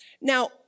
Now